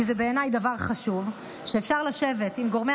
כי זה בעיניי דבר חשוב: אפשר לשבת עם גורמי